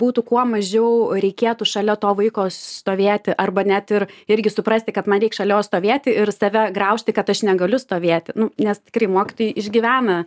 būtų kuo mažiau reikėtų šalia to vaiko stovėti arba net ir irgi suprasti kad man reik šalia jo stovėti ir save graužti kad aš negaliu stovėti nu nes tikrai mokytojai išgyvena